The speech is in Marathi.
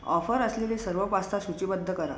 ऑफर असलेले सर्व पास्ता सूचीबद्ध करा